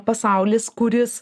pasaulis kuris